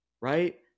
right